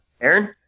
aaron